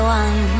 one